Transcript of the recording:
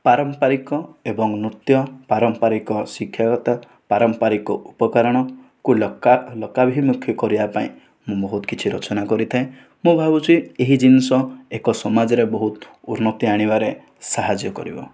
ପାରମ୍ପରିକ ଏବଂ ନୃତ୍ୟ ପାରମ୍ପରିକ ଶିକ୍ଷାଗତ ପାରମ୍ପରିକ ଉପକରଣକୁ ଲୋକାଭିମୁଖି କରିବା ପାଇଁ ମୁଁ ବହୁତ କିଛି ରଚନା କରିଥାଏ ମୁଁ ଭାବୁଛି ଏହି ଜିନିଷ ଏକ ସମାଜରେ ବହୁତ ଉନ୍ନତି ଆଣିବାରେ ସାହାଯ୍ୟ କରିବ